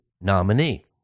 nominee